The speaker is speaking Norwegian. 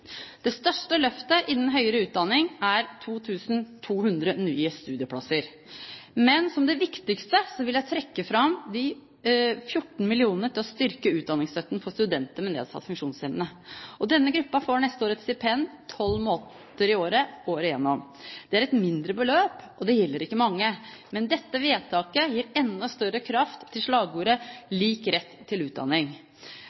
Det største løftet innen høyere utdanning er 2 200 nye studieplasser. Men som det viktigste vil jeg trekke fram de 14 mill. kr til å støtte udanningsstøtten for studenter med nedsatt funksjonsevne. Denne gruppen får neste år et stipend 12 måneder i året, året gjennom. Det er et mindre beløp, og det gjelder ikke mange. Men dette vedtaket gir enda større kraft til